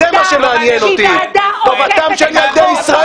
זאת ועדה שהיא ועדה עוקפת את החוק.